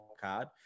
card